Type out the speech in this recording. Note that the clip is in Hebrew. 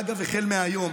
אגב, החל מהיום.